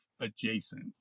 adjacent